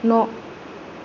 न'